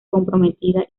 comprometida